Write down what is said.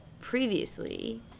previously